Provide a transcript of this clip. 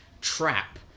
trap